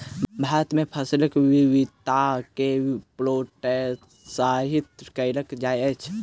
भारत में फसिल विविधता के प्रोत्साहित कयल जाइत अछि